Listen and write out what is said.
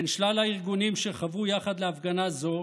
בין שלל הארגונים שחברו יחד להפגנה זו